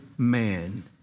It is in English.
Man